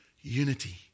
unity